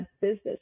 business